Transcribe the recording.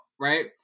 right